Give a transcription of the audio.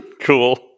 Cool